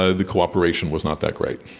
ah the cooperation was not that great.